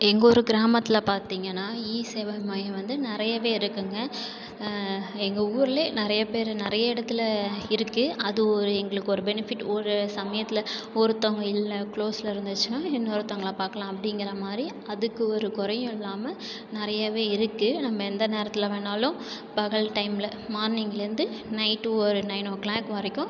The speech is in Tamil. எங்கூர் கிராமத்தில் பார்த்திங்கனா இ சேவை மையம் வந்து நிறையவே இருக்குங்க எங்கள் ஊரில் நிறைய பேர் நிறைய இடத்துல இருக்கு அது ஒரு எங்களுக்கு ஒரு பெனிஃபிட் ஒரு சமயத்தில் ஒருத்தவங்க இல்லை க்ளோஸில் இருந்துச்சுனா இன்னொருத்தங்களைப் பார்க்லாம் அப்படீங்கிற மாதிரி அதுக்கு ஒரு குறையும் இல்லாமல் நிறையவே இருக்குது நம்ப எந்த நேரத்தில் வேணாலும் பகல் டைமில் மார்னிங்லேருந்து நைட் ஒரு நயன் ஓ க்ளாக் வரைக்கும்